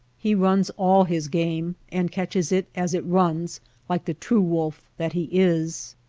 he runs all his game and catches it as it runs like the true wolf that he is.